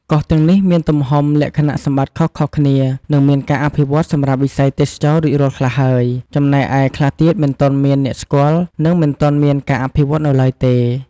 កោះទាំងនេះមានទំហំ លក្ខណៈសម្បត្តិខុសៗគ្នា និងមានការអភិវឌ្ឍន៍សម្រាប់វិស័យទេសចរណ៍រួចរាល់ខ្លះហើយ ចំណែកឯខ្លះទៀតមិនទាន់មានអ្នកស្គាល់ និងមិនទាន់មានការអភិវឌ្ឍនៅឡើយទេ។